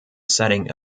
setting